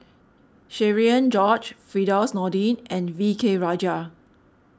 Cherian George Firdaus Nordin and V K Rajah